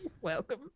welcome